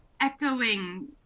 echoing